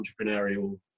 entrepreneurial